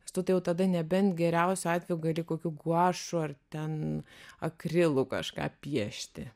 nes tu tai jau tada nebent geriausiu atveju gali kokiu guašu ar ten akrilu kažką piešti